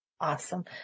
Awesome